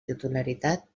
titularitat